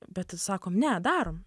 bet tai sakom nedarom